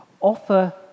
offer